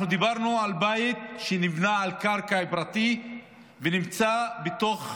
אנחנו דיברנו על בית שנבנה על קרקע פרטית ונמצא בתוך